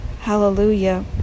Hallelujah